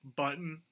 button –